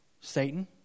Satan